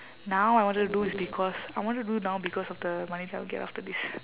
now I wanted to do is because I want to do now because of the money I will get after this